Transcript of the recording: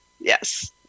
Yes